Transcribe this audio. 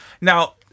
Now